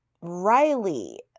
Riley